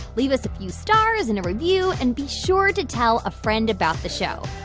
leave us a few stars and a review and be sure to tell a friend about the show.